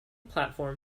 platform